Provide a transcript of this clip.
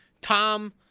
Tom